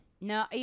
No